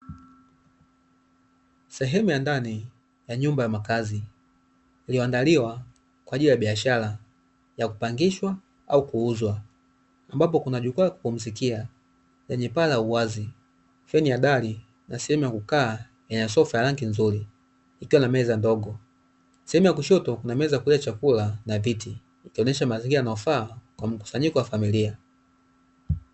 Sehemu ya ndani ya nyumba ya makazi, iliyoandaliwa kwa ajili ya biashara ya kupangishwa au kuuzwa, ambapo kuna jukwaa la kupumzikia lenye paa la uwazi, feni ya dari na sehemu ya kukaa yenye sofa ya rangi nzuri; ikiwa na meza ndogo. Sehemu ya kushoto kuna meza ya kulia chakula na viti, ikaonesha mazingira yanayofaa kwa mkusanyiko wa familia.